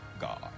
God